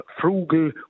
frugal